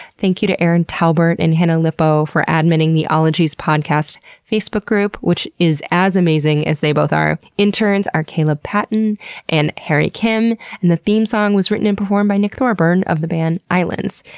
thank you to erin talbert and hannah lipow for adminning the ologies podcast facebook group, which is as amazing as they both are. interns are caleb patton and harry kim, and the theme song was written and performed by nick thorburn of the band islands.